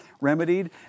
remedied